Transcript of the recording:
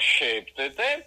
šiaip tai taip